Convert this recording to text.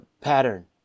pattern